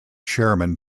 chairman